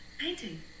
painting